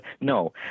No